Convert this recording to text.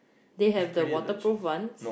they have the waterproof one